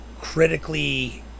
Critically